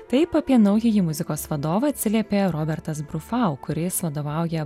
taip apie naująjį muzikos vadovą atsiliepė robertas brufau kuris vadovauja